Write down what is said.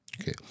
okay